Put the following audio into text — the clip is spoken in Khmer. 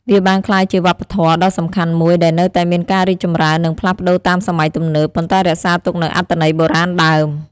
វាបានក្លាយជាវប្បធម៌ដ៏សំខាន់មួយដែលនៅតែមានការរីកចម្រើន និងផ្លាស់ប្ដូរតាមសម័យទំនើប ប៉ុន្តែរក្សាទុកនូវអត្ថន័យបុរាណដើម។